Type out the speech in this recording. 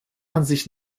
ansicht